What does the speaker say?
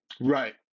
Right